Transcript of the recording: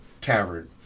Tavern